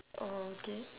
oh okay